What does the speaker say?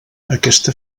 aquesta